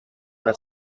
una